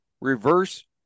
reverse